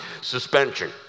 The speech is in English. suspension